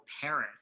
Paris